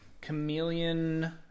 Chameleon